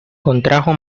contrajo